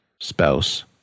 spouse